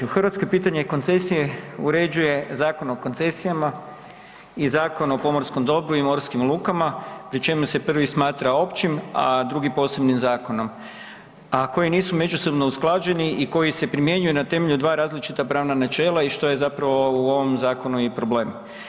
U Hrvatskoj pitanje koncesije uređuje Zakon o koncesijama i Zakon o pomorskom dobru i morskim lukama pri čemu se prvi smatra općim, a drugi posebnim zakonom, a koji nisu međusobno usklađeni i koji se primjenjuju na temelju dva različita pravna načela i što je zapravo u ovom zakonu i problem.